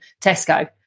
Tesco